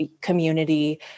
community